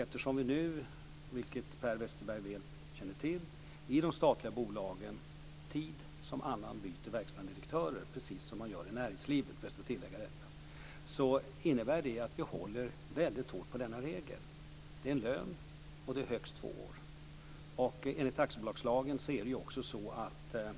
Eftersom vi nu - som Per Westerberg väl känner till - i de statliga bolagen tid som annan byter verkställande direktörer, precis som i näringslivet, innebär det att vi håller hårt på regeln. Det är en lön, och det är högst två år. Enligt aktiebolagslagen tillsätts ju